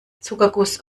zuckerguss